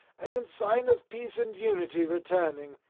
and in sign of peace and unity returning,